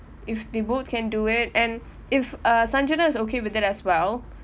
if they both can do it and if uh sangita is okay with it as well